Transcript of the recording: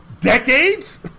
decades